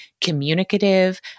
communicative